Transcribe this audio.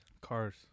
Cars